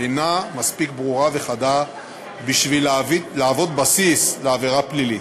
אינה מספיק ברורה וחדה בשביל להוות בסיס לעבירה פלילית.